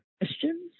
questions